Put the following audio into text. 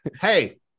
Hey